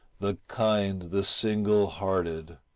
the kind, the single-hearted,